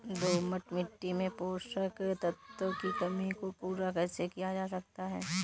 दोमट मिट्टी में पोषक तत्वों की कमी को पूरा कैसे किया जा सकता है?